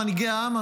מנהיגי העם,